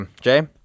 Jay